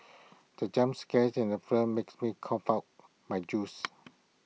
the jump scare in the film makes me cough out my juice